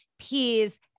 peas